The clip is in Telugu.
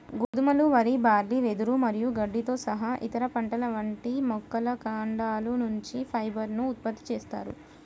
గోధుమలు, వరి, బార్లీ, వెదురు మరియు గడ్డితో సహా ఇతర పంటల వంటి మొక్కల కాండాల నుంచి ఫైబర్ ను ఉత్పత్తి చేస్తారు